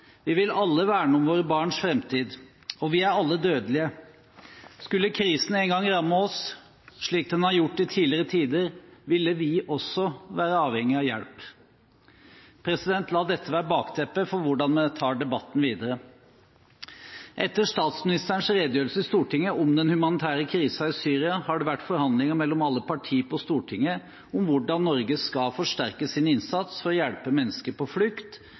Vi vil alle verne om våre barns fremtid. Og vi er alle dødelige.» Skulle krisen en gang ramme oss, slik den har gjort i tidligere tider, ville vi også være avhengige av hjelp. La dette være bakteppet for hvordan jeg tar debatten videre. Etter statsministerens redegjørelse i Stortinget om den humanitære krisen i Syria har det vært forhandlinger mellom alle partiene på Stortinget om hvordan Norge skal forsterke sin innsats for å hjelpe mennesker på flukt